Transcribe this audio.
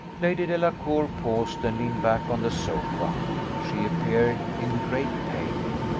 lady delacour paused, and leaned back on the sofa she appeared in great pain.